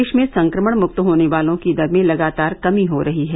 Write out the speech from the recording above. देश में संक्रमणमुक्त होने वालों की दर में लगातार कमी हो रही है